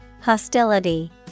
Hostility